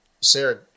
Sarah